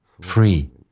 free